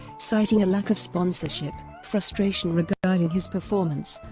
citing a lack of sponsorship, frustration regarding his performance